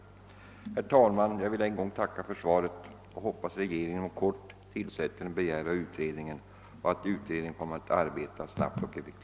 Herr talman! Jag vill än en gång tacka för svaret och hoppas att regeringen inom kort tillsätter den begärda utredningen: samt att utredningen kommer att arbeta effektivt och snabbt.